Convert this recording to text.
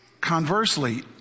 Conversely